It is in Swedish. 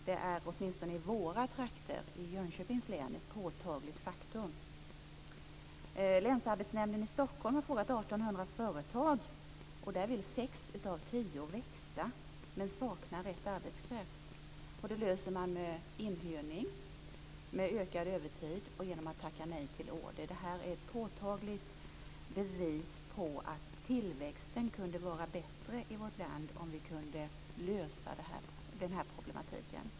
Det är åtminstone i våra trakter, i Jönköpings län, ett påtagligt faktum. Länsarbetsnämnden i Stockholm har frågat 1 800 företag. Sex av tio vill växa, men de saknar rätt arbetskraft. Det löser man genom inhyrning, genom ökad övertid och genom att tacka nej till order. Det är ett påtagligt bevis på att tillväxten kunde vara bättre i vårt land om vi kunde lösa den här problematiken.